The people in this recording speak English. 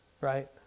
Right